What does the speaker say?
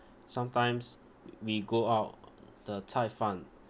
sometimes we go out the thai fan